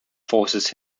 forces